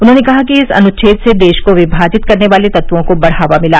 उन्होंने कहा कि इस अनुछ्छेद से देश को विमाजित करने वाले तत्वों को बढ़ावा मिला